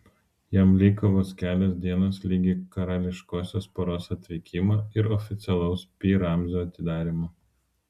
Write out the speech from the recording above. jam liko vos kelios dienos ligi karališkosios poros atvykimo ir oficialaus pi ramzio atidarymo